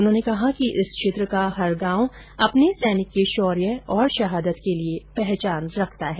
उन्होंने कहा कि इस क्षेत्र का हर गॉव अपने सैनिक के शौर्य तथा शहादत के लिए पहचान रखता है